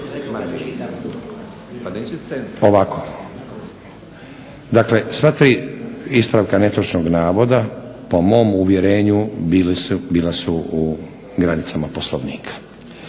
ovako. Dakle sva tri ispravka netočnog navoda po mom uvjerenju bila su u granicama Poslovnika.